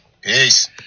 Peace